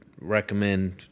recommend